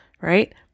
right